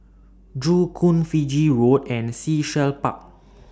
Joo Koon Fiji Road and Sea Shell Park